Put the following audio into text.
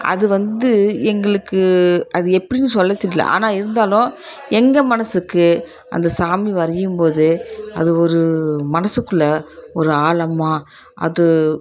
அது வந்து எங்களுக்கு அது எப்படின்னு சொல்ல தெரியிலை ஆனால் இருந்தாலும் எங்கள் மனதுக்கு அந்த சாமி வரையும்போது அது ஒரு மனசுக்குள்ளே ஒரு ஆழமா அது